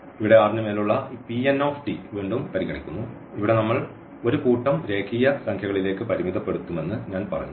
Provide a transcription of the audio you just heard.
ഇവിടെ R ന് മേലുള്ള ഈ Pn വീണ്ടും പരിഗണിക്കുന്നു ഇവിടെ നമ്മൾ ഒരു കൂട്ടം രേഖീയ സംഖ്യകളിലേക്ക് പരിമിതപ്പെടുത്തുമെന്ന് ഞാൻ പറഞ്ഞു